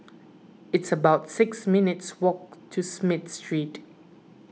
it's about six minutes' walk to Smith Street